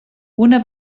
una